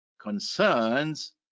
concerns